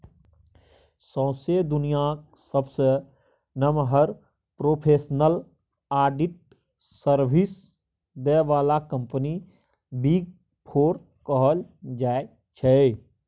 सौंसे दुनियाँक सबसँ नमहर प्रोफेसनल आडिट सर्विस दय बला कंपनी बिग फोर कहल जाइ छै